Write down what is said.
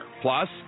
Plus